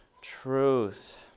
truth